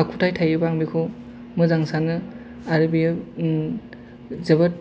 आखुथाय थायोबा आं बेखौ मोजां सानो आरो बेयो जोबोद